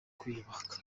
kwiyubaka